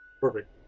Perfect